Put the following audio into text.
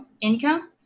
income